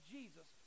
Jesus